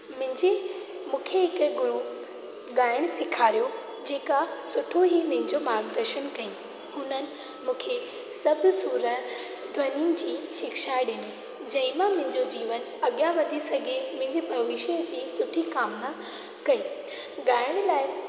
मुंहिंजे मूंखे हिकु गुरू ॻाइणु सेखारियो जेका सुठो ई मुंहिंजो मार्गदर्शन कयईं हुन मूंखे सभु सुर ध्वनियुनि जी शिक्षा ॾिनी जंहिं मां मुंहिंजो जीवन अॻियां वधी सघे मुंहिंजे भविष्य जी सुठी कामना कई ॻाइण लाइ